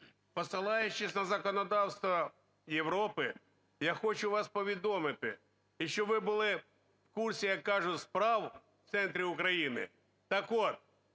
посилаючись на законодавство Європи, я хочу вас повідомити, і щоб ви були в курсі, як кажуть, справ в центрі України. Так от,